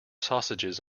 sausages